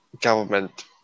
government